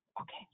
Okay